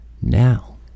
Now